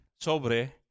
sobre